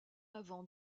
avant